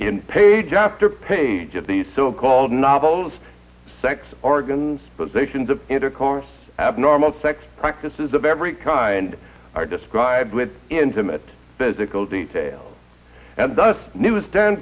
process page after page of these so called novels sex organs positions of intercourse abnormal sex practices of every kind are described with intimate physical details and thus newsstand